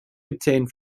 obtained